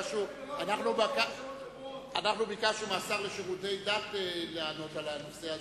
אנחנו ביקשנו מהשר לשירותי דת לענות על הנושא הזה.